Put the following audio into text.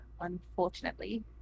unfortunately